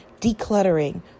decluttering